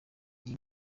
iyi